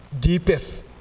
deepest